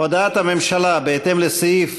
הודעת הממשלה בהתאם לסעיף